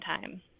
time